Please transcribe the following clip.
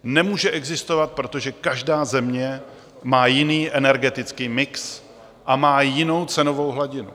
Nemůže existovat, protože každá země má jiný energetický mix a má jinou cenovou hladinu.